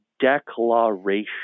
declaration